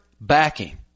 backing